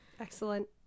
Excellent